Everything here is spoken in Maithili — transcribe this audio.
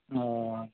ओ